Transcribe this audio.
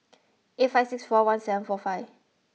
eight five six four one seven four five